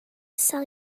sell